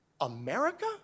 America